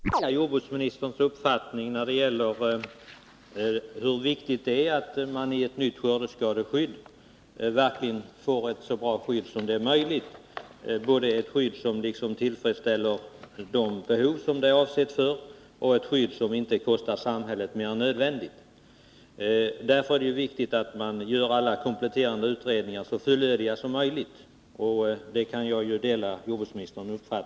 Herr talman! Jag tackar jordbruksministern för det svaret. Jag kan ju dela hans uppfattning om hur viktigt det är att ett nytt skördeskadeskydd verkligen ger ett så gott skydd som möjligt, som tillfredsställer de behov som det är avsett för och inte kostar samhället mer än nödvändigt. Jag instämmer därför med jordbruksministern i att alla kompletterande utredningar bör göras så fullständiga som möjligt.